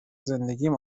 زندگیم